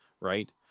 right